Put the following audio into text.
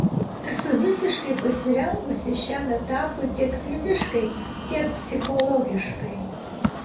esu visiškai pasirengusi šiam etapui tiek fiziškai tiek psichologiškai